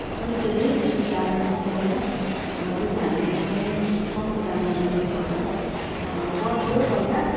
खरिदेले बेसी दाम दिँदैन त्यो चाहि हामी एकदमै कम्ती दाममा बेच्नुपर्छ पर्थ्यो पहिला